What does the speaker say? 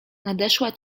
nadeszła